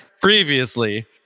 previously